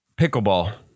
pickleball